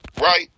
Right